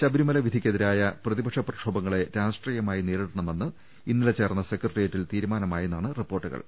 ശബരിമല വിധിക്കെതിരായ പ്രതിപക്ഷ പ്രക്ഷോഭങ്ങളെ രാഷ്ട്രീയമായി നേരിടണമെന്ന് ഇന്നലെ ചേർന്ന സെക്രട്ടേറിയറ്റിൽ തീരുമാനമായെന്നാണ് റിപ്പോർട്ടുകൾ